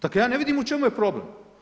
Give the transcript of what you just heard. Dakle, ja ne vidim u čemu je problem.